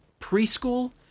preschool